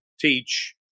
teach